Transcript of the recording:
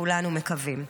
כולנו מקווים.